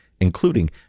including